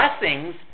blessings